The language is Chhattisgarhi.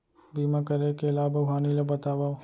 बीमा करे के लाभ अऊ हानि ला बतावव